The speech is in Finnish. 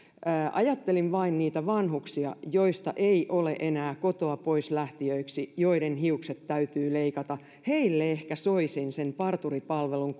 ajattelin vain niitä vanhuksia joista ei ole enää kotoa pois lähtijöiksi mutta joiden hiukset täytyy leikata heille ehkä soisin sen parturipalvelun